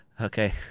Okay